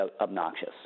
obnoxious